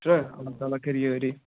چھُنہ اللہ تعالیٰ کرِ یٲری